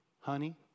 Honey